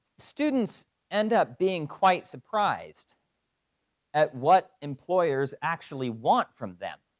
students end up being quite surprised at what employers actually want from them.